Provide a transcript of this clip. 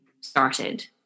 started